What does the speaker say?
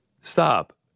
Stop